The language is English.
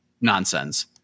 nonsense